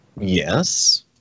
Yes